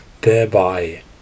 thereby